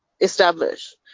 establish